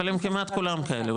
אבל הם כמעט כולם כאלה,